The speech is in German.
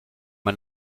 man